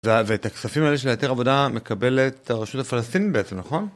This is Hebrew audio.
וה.. ואת הכספים האלה של ההיתר עבודה מקבלת הרשות הפלסטינית בעצם, נכון?